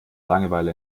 langeweile